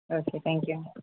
okay thank you